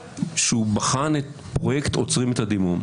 בחן את פרויקט עוצרים את הדימום.